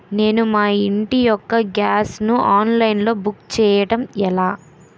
నేను మా ఇంటి యెక్క గ్యాస్ ను ఆన్లైన్ లో బుక్ చేసుకోవడం ఎలా?